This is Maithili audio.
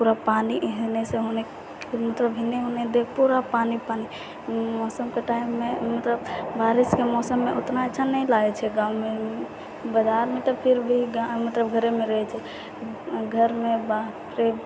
पूरा पानी हिनेसँ हुने मतलब हिने हुने देख पूरा पानी पानी मौसमके टाइममे मतलब बारिशके मौसममे उतना अच्छा नहि लागै छै गाममे बाजारमे तऽ फिर भी मतलब घरेमे रहै छै घरमे बाप रे